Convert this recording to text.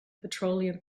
petroleum